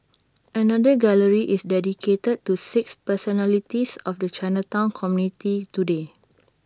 another gallery is dedicated to six personalities of the Chinatown community today